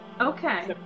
Okay